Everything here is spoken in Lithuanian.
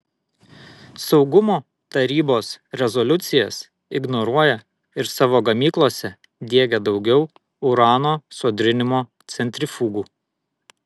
saugumo tarybos rezoliucijas ignoruoja ir savo gamyklose diegia daugiau urano sodrinimo centrifugų